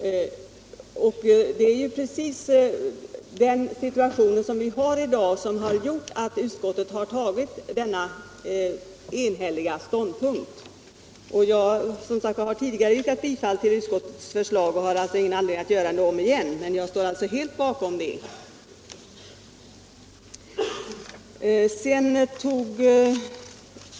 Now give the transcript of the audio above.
det är ju just dagens situation som gjort att utskottet enhälligt tagit den här ståndpunkten. Jag har tidigare yrkat bifall till utskottets förslag och har alltså ingen anledning att göra det på nytt, men jag står helt bakom det.